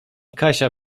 kasia